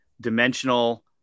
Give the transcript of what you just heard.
dimensional